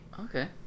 Okay